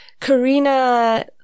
Karina